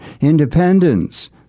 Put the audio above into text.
independence